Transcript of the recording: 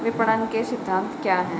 विपणन के सिद्धांत क्या हैं?